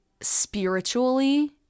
spiritually